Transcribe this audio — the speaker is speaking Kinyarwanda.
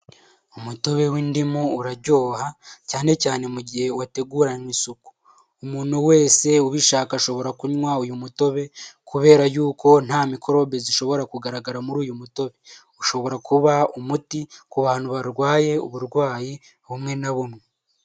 Umutobe w'indimu uraryoha cyane cyane mu gihe wateguranywe isuku, umuntu wese ubishaka ashobora kunywa uyu mutobe kubera y'uko nta mikorobe zishobora kugaragara muri uyu mutobe, ushobora kuba umuti ku bantu barwaye uburwayi bumwe na bumwe.